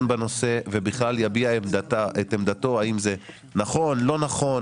בנושא ובכלל תביע את עמדתה האם זה נכון או לא נכון.